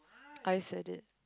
I said it